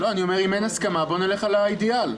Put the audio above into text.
אומר שאם אין הסכמה, בוא נלך על האידיאל.